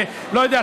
לא יודע,